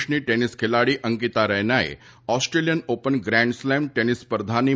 દેશની ટેનિસ ખેલાડી અંકિતા રૈનાએ Australian open grand slam tennis સ્પર્ધાની